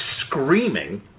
screaming